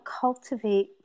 cultivate